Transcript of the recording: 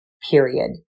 period